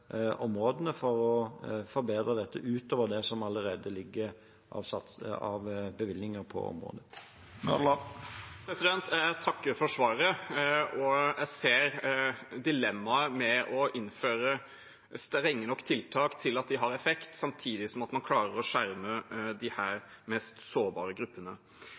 områdene for å forbedre det utover det som allerede ligger av bevilgninger på området. Jeg takker for svaret, og jeg ser dilemmaet med å innføre strenge nok tiltak til at de har effekt, samtidig som man klarer å skjerme de mest sårbare gruppene.